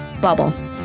Bubble